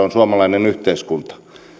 on suomalainen yhteiskunta